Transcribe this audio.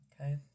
Okay